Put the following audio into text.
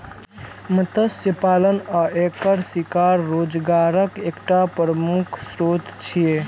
मत्स्य पालन आ एकर शिकार रोजगारक एकटा प्रमुख स्रोत छियै